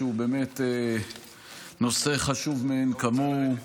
שהוא באמת נושא חשוב מאין כמוהו,